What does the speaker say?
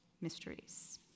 mysteries